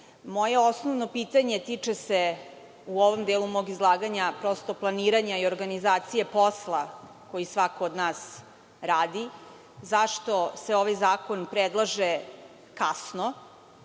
osnovno pitanje u ovom delu mog izlaganja tiče se planiranja i organizacije posla koji svako od nas radi. Zašto se ovaj zakon predlaže kasno?